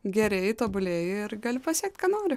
gerėji tobulėji ir gali pasiekt ką nori